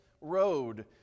Road